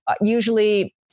usually